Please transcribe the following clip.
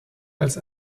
als